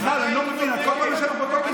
מיכל, אני לא מבין, את כל פעם נשארת על אותו כיסא.